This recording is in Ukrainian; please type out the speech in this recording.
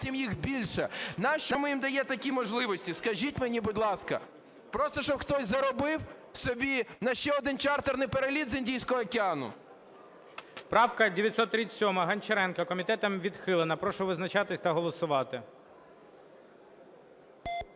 Правка 937, Гончаренко. Комітетом відхилена. Прошу визначатись та голосувати.